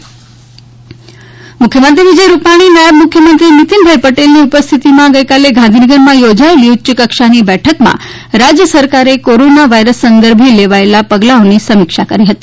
corona સમીક્ષા બેઠક મુખ્યમંત્રી વિજય રૂપાણી નાયબ મુખ્યમંત્રી નીતીનભાઇ પટેલની ઉપસ્થિતિમાં ગઇકાલે ગાંધીનગરમાં યોજાયેલી ઉચ્યકક્ષાની બેઠકમાં રાજય સરકારે કોરોના વાયરસ સંદર્ભે લેવાયેલા પગલાંઓની સમીક્ષા કરવામાં આવી છે